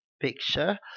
picture